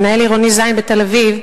מנהל עירוני ז' בתל-אביב,